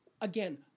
again